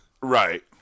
right